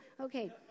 Okay